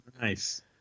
Nice